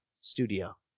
studio